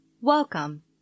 Welcome